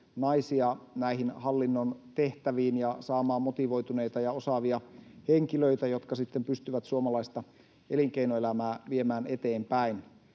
naisiakin näihin hallinnon tehtäviin ja saamaan motivoituneita ja osaavia henkilöitä, jotka sitten pystyvät suomalaista elinkeinoelämää viemään eteenpäin.